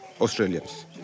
Australians